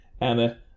Emma